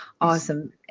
awesome